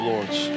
Lords